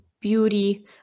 beauty